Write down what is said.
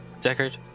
Deckard